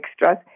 extras